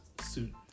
suit